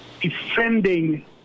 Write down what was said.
defending